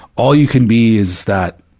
all you can be, is that,